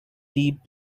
deep